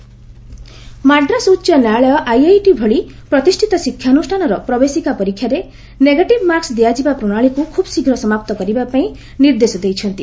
HC negative marks Madras ଉଚ୍ଚ ନ୍ୟାୟାଳୟ IIT ଭଳି ପ୍ରତିଷ୍ଠିତ ଶିକ୍ଷାନୁଷ୍ଠାନର ପ୍ରବେଶିକା ପରୀକ୍ଷାରେ ନେଗେଟିଭ୍ ମାର୍କସ୍ ଦିଆଯିବା ପ୍ରଣାଳୀକୁ ଖୁବ୍ଶୀଘ୍ର ସମାପ୍ତ କରିବା ପାଇଁ ନିର୍ଦ୍ଦେଶ ଦେଇଛନ୍ତି